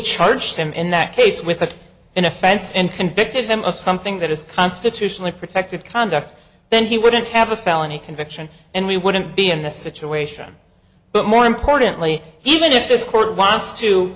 charged him in that case with a an offense and convicted him of something that is constitutionally protected conduct then he wouldn't have a felony conviction and we wouldn't be in a situation but more importantly even if this court